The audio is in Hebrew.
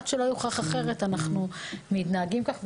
עד שלא יוכח אחרת אנחנו מתנהגים כך.